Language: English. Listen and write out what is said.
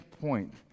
point